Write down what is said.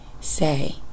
say